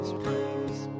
praise